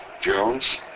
Jones